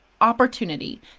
opportunity